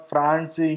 France